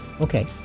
Okay